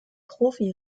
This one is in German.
profi